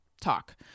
talk